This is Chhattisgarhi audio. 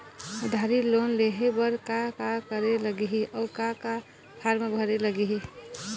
उधारी लोन लेहे बर का का करे लगही अऊ का का फार्म भरे लगही?